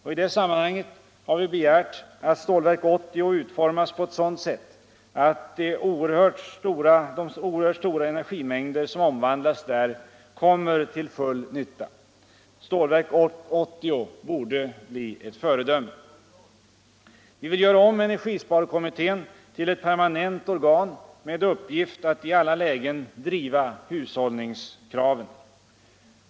I det sammanhanget har vi begärt att Stålverk 80 utformas på ett sådant sätt att de oerhört stora energimängder som omvandlas där kommer till full nytta. Stålverk 80 borde bli ett föredöme. Vi vill göra om energisparkommittén till ett permanent organ med uppgift att i alla lägen driva hushållningskraven.